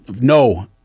No